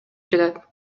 жатат